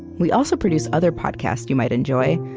we also produce other podcasts you might enjoy,